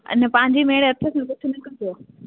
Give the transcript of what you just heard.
अने पंहिंजी कयो